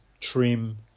trim